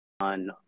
on